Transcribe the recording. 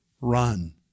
run